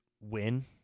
win